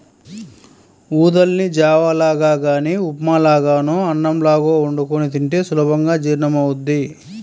ఊదల్ని జావ లాగా గానీ ఉప్మా లాగానో అన్నంలాగో వండుకొని తింటే సులభంగా జీర్ణమవ్వుద్ది